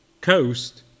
coast